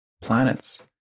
planets